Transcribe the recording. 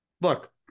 look